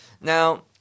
Now